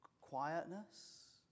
quietness